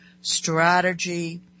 strategy